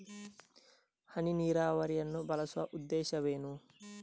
ಹನಿ ನೀರಾವರಿಯನ್ನು ಬಳಸುವ ಉದ್ದೇಶವೇನು?